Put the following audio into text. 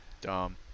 dumb